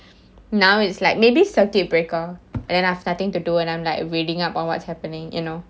now it's like maybe circuit breaker and then I'm starting to do and I'm like reading up on what's happening you know